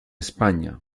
españa